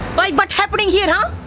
but but happening here huh?